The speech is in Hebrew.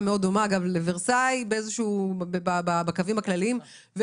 הייתה מאוד דומה לוורסאי בקווים הכלליים,